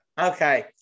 Okay